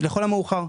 לכל המאוחר.